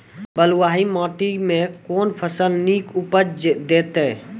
बलूआही माटि मे कून फसल नीक उपज देतै?